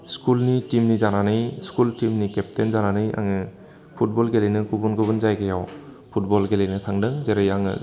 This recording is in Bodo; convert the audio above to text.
स्कुलनि टिमनि जानानै स्कुल टिमनि केपटेन जानानै आङो फुटबल गेलेनो गुबुन गुबुन जायगायाव फुटबल गेलेनो थांदों जेरै आङो